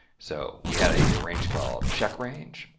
so we had a range called checkrange,